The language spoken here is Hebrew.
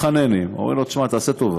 מתחננים, אומרים לו: תשמע, תעשה טובה,